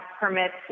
permits